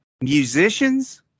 musicians